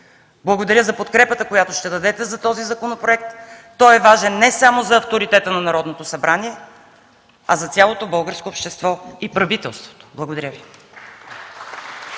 Благодаря за подкрепата, която ще дадете за този законопроект. Той е важен не само за авторитета на Народното събрание, а за цялото българско общество и правителството. Благодаря Ви.